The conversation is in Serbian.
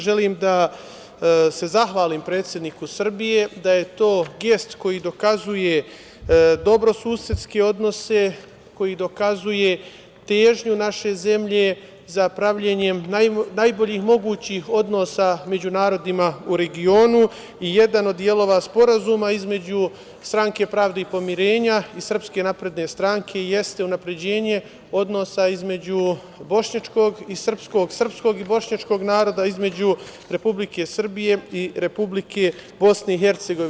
Želim da se zahvalim predsedniku Srbije, da je to gest koji dokazuje dobrosusedske odnose, koji dokazuje težnju naše zemlje za pravljenjem najboljih mogućih odnosa među narodima u regionu i jedan od delova sporazuma između Stranke pravde i pomirenja i SNS jeste unapređenje odnosa između bošnjačkog i srpskog, srpskog bošnjačkog naroda, između Republike Srbije i Republike Bosne i Hercegovine.